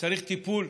צריכים טיפול.